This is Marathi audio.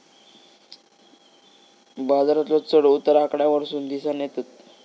बाजारातलो चढ उतार आकड्यांवरसून दिसानं येतत